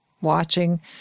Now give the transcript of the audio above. watching